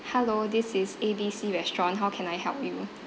hello this is A B C restaurant how can I you